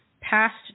past